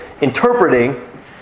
Interpreting